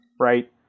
right